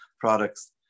products